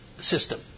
system